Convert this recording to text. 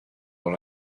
dans